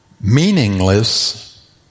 meaningless